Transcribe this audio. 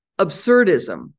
absurdism